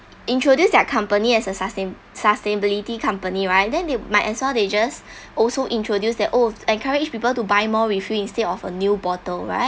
introduced their company as a sustain~ sustainability company right then they might as well they just also introduced their oh encourage each people to buy more refill instead of a new bottle right